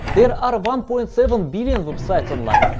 there are one point seven billion websites online,